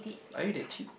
are you that cheap